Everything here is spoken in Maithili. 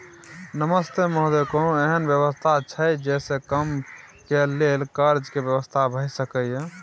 नमस्ते महोदय, कोनो एहन व्यवस्था छै जे से कम के लेल कर्ज के व्यवस्था भ सके ये?